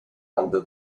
under